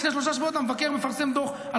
לפני שלושה שבועות המבקר מפרסם דוח על